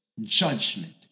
judgment